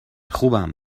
خوبم